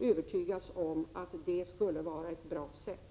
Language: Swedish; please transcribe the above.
övertygats om att det är ett bra sätt.